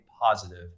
positive